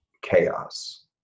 chaos